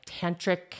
tantric